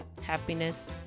happiness